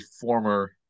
former